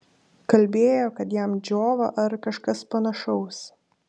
kalbėjo kad jam džiova ar kažkas panašaus